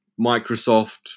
Microsoft